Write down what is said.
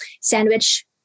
sandwich